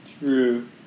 True